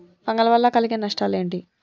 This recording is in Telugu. ఫంగల్ వల్ల కలిగే నష్టలేంటి?